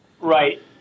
Right